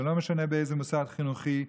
ולא משנה באיזה מוסד חינוכי.